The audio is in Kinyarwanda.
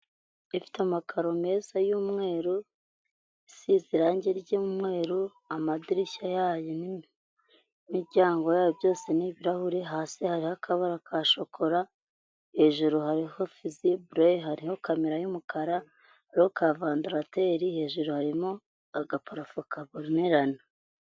Ifite amakaro meza y'umweru, isize irangi ry'umweru, amadirishya yayo n'imiryango yayo byose ni ibirahuri, hasi hariho akabara ka shokora, hejuru hariho Fizibure, hariho kamera y'umukara, hariho ka Vandarateri, hejuru harimo agaparafo kabonerana.